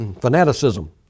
Fanaticism